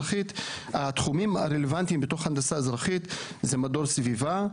התחומים הרלוונטיים בתוך הנדסה אזרחית הם מדור סביבה,